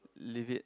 leave it